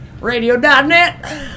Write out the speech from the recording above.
Radio.net